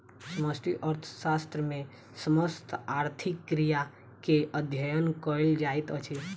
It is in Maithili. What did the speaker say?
समष्टि अर्थशास्त्र मे समस्त आर्थिक क्रिया के अध्ययन कयल जाइत अछि